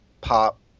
pop